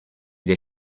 del